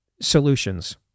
solutions